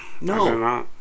No